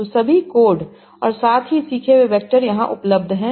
तो सभी कोड और साथ ही सीखे हुए वैक्टर यहां उपलब्ध हैं